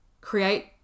create